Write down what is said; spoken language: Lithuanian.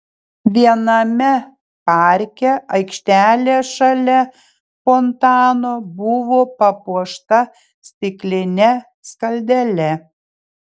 viename parke aikštelė šalia fontano buvo papuošta stikline skaldele